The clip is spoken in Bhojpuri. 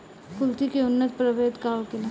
कुलथी के उन्नत प्रभेद का होखेला?